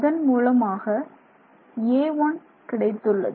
அதன் மூலமாக a1 கிடைத்துள்ளது